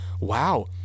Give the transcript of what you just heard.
Wow